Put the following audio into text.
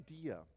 idea